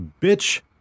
bitch